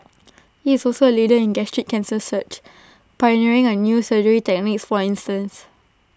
he is also A leader in gastric cancer search pioneering A new surgery techniques for instance